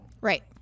Right